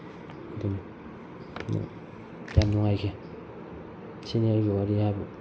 ꯑꯗꯨꯝ ꯌꯥꯝ ꯅꯨꯡꯉꯥꯏꯈꯤ ꯁꯤꯅꯤ ꯑꯩꯒꯤ ꯋꯥꯔꯤ ꯍꯥꯏꯕꯨ